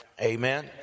amen